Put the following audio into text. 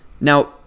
Now